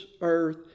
earth